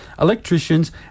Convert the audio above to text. electricians